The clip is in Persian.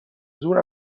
زور